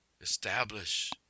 establish